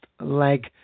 Leg